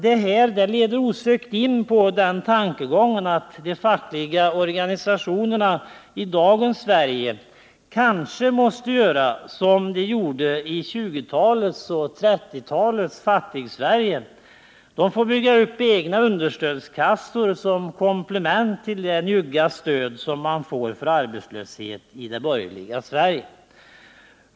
Detta leder osökt in på tankegången att de fackliga organisationerna i dagens Sverige kanske måste göra som de gjorde i 1920-talets och 1930-talets Fattigsverige — de får bygga upp egna understödskassor som komplement till det njugga stöd som man får vid arbetslöshet i det borgerliga Sverige.